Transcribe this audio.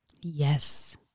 Yes